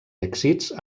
èxits